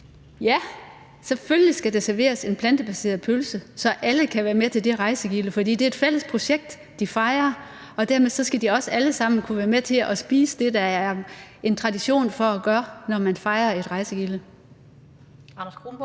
Ja, selvfølgelig skal der serveres en plantebaseret pølse, så alle kan være med til det rejsegilde, for det er et fælles projekt, de fejrer, og dermed skal de også alle sammen kunne være med til at spise det, der er tradition for at gøre, når man fejrer et rejsegilde. Kl.